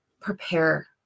prepare